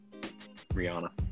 Rihanna